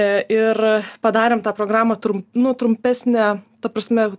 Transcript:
ir padarėm tą programą tru nu trumpesnę ta prasme